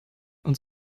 und